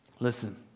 Listen